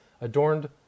adorned